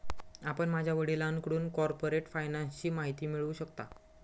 आपण माझ्या वडिलांकडून कॉर्पोरेट फायनान्सची माहिती मिळवू शकता